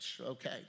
okay